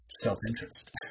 self-interest